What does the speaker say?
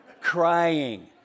crying